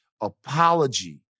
apology